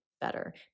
better